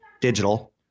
digital